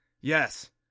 Yes